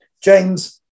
James